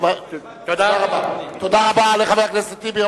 תודה רבה לחבר הכנסת טיבי.